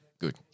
Good